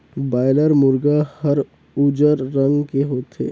boiler मुरगा हर उजर रंग के होथे